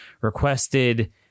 requested